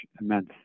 immense